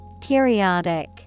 Periodic